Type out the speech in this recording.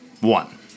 One